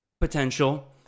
potential